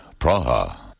Praha